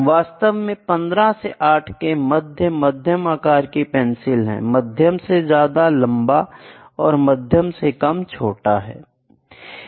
वास्तव में 15 से 8 के मध्य मध्यम आकार की पेंसिल हैं मध्यम से ज्यादा लंबा और मध्यम से कम छोटा है